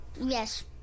Yes